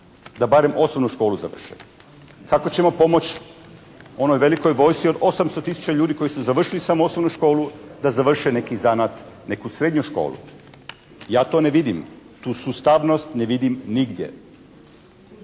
da barem osnovnu školu završe. Kako ćemo pomoći onoj veliki vojsci od 800 tisuća ljudi koji su završili samo osnovnu školu da završe neki zanat, neku srednju školu? Ja to ne vidim. Tu sustavnost ne vidim nigdje.